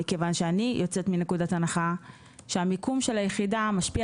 כיוון שאני יוצאת מנקודת הנחה שהמיקום של היחידה משפיע